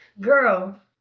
girl